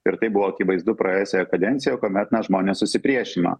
ir tai buvo akivaizdu praėjusioje kadencijoje kuomet na žmonės susipriešino